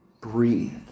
breathe